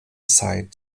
zeit